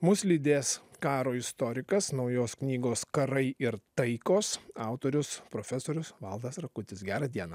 mus lydės karo istorikas naujos knygos karai ir taikos autorius profesorius valdas rakutis gera diena